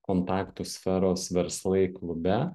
kontaktų sferos verslai klube